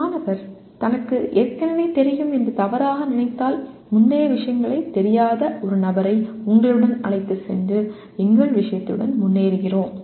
ஒரு மாணவர் தனக்கு ஏற்கனவே தெரியும் என்று தவறாக நினைத்தால் முந்தைய விஷயங்களைத் தெரியாத ஒரு நபரை உங்களுடன் அழைத்துச் சென்று எங்கள் விஷயத்துடன் முன்னேறுகிறோம்